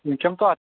income তো